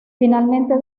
finalmente